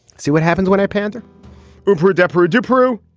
see what happens when a panther redecorated to peru.